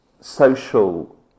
social